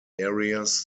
areas